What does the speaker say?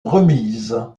remises